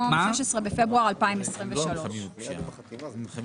אם אנחנו